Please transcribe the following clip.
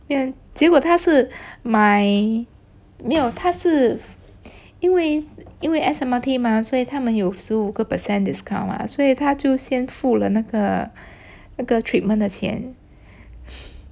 结果他是买没有他是因为因为 S_M_R_T mah 所以他们有十五个 percent discount mah 所以他就先付了那个那个 treatment 的钱